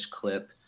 clip